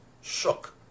shook